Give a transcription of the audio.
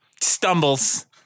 stumbles